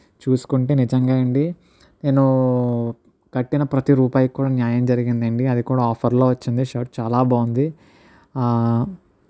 చూసుకుంటే నిజంగానే అండి నేనూ కట్టిన ప్రతి రూపాయికి కూడా న్యాయం జరిగిందండి అది కూడా ఆఫర్లో వచ్చింది షర్ట్ చాలా బాగుంది